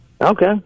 Okay